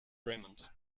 raymond